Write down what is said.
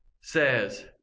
says